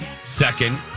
second